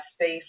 space